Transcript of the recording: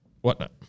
whatnot